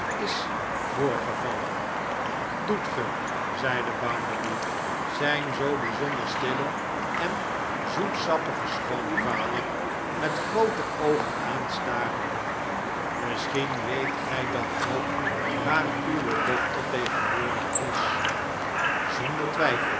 is voorgevallen doet ge zeide bounderby zijn zoo bijzonder stillen en zoetsappigen schoonvader met groote oogen aanstarende misschien weet gij dan ook waar uwe dochter tegenwoordig is zonder twijfel